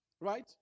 Right